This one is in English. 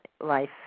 life